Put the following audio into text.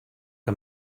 que